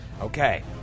Okay